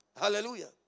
Hallelujah